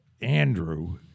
Andrew